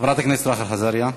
חברת הכנסת רחל עזריה.